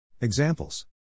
Examples